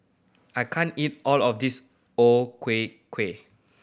I can't eat all of this O Ku Kueh